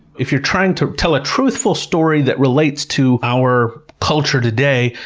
if you're trying to tell a truthful story that relates to our culture today,